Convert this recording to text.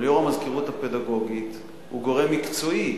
אבל יושב-ראש המזכירות הפדגוגית הוא גורם מקצועי.